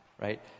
right